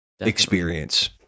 experience